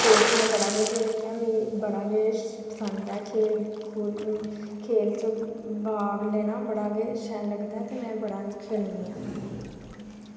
sports में बड़ा गै खेढनी आं मिगी बड़ा गै पसंद ऐ खेढ खूढ खेढ च भाग लैना बड़ा गै शैल लगदा ऐ ते में बड़ा गै खेढनी आं